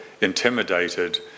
intimidated